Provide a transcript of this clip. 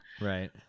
Right